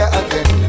again